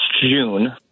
June